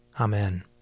Amen